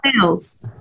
sales